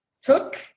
took